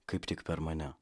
kaip tik per mane